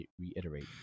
reiterate